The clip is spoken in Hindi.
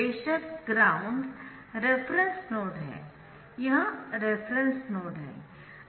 बेशक ग्राउंड रेफरेन्स नोड है यह रेफरेन्स नोड है